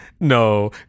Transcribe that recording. No